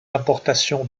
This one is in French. importations